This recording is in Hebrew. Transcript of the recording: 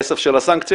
הכסף של הסנקציה?